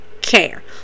care